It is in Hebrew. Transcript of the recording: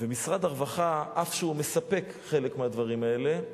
ומשרד הרווחה, אף שהוא מספק חלק מהדברים האלה,